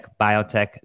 biotech